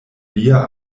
lia